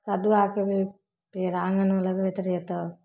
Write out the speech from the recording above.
कदुआके भी पेड़ आँगनमे लगबैत रहिए तऽ